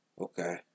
Okay